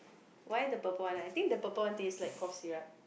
why the purple one I think the purple one taste like cough syrup